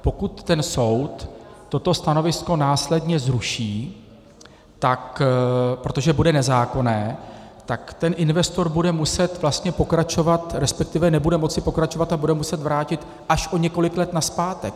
Pokud soud toto stanovisko následně zruší, tak protože bude nezákonné, tak investor bude muset vlastně pokračovat, resp. nebude moci pokračovat a bude muset vrátit až o několik let nazpátek.